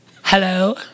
Hello